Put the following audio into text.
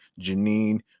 Janine